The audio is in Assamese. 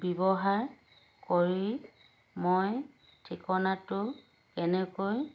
ব্যৱহাৰ কৰি মই ঠিকনাটো কেনেকৈ